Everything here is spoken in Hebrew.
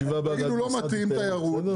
תגידו לא מתאים תיירות.